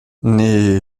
nee